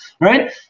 right